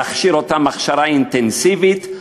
להכשיר אותם הכשרה אינטנסיבית,